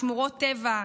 בשמורות טבע,